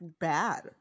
bad